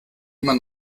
man